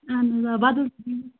اہن حظ آ بَدل ہٲیِو